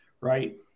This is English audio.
right